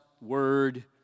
Word